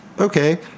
Okay